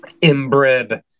inbred